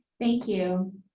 thank you.